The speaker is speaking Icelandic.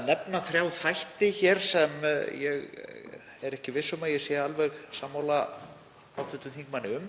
að nefna þrjá þætti sem ég er ekki viss um að ég sé alveg sammála hv. þingmanni um.